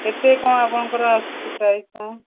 କେତେ କ'ଣ ଆପଣଙ୍କର ଆସୁଛି ପ୍ରାଇସ୍ କ'ଣ